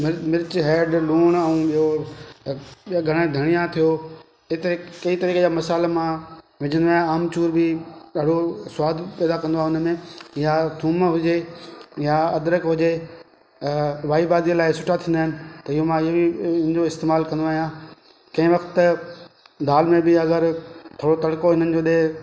मि मिर्च हेड लूण ऐं ॿियो घणा धणिया थियो एतिरे कई तरीक़े जा मसाला मां विझंदो आहियां आमचूर बि ॾाढो स्वादु पैदा कंदो आहे हुनमें या थूम हुजे या अदरक हुजे वाइबादी लाइ सुठा थींदा आहिनि त इहो माज बि इहो इनजो इस्तेमाल कंदो आहियां कंहिं वक़्त त दालि में बि अगरि थोरो तड़को हिननि जो ॾे